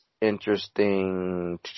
interesting